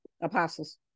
Apostles